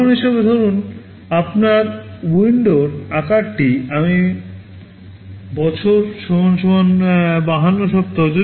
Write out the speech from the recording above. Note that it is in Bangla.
উদাহরণ হিসাবে ধরুন আপনার উইন্ডোর আকারটি আমি বছর 52 সপ্তাহ